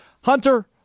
hunter